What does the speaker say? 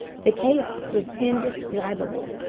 the chaos was indescribable,